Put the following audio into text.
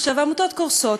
העמותות קורסות.